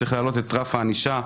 צריך להעלות את רף הענישה,